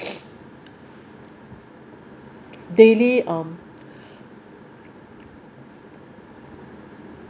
daily um